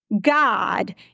God